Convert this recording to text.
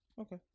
Okay